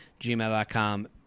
gmail.com